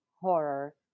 Horror